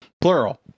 Plural